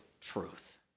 truth